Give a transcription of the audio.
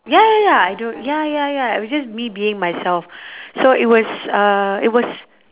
ya ya ya I do ya ya ya I was just me being myself so it was uh it was